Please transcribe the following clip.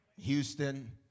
Houston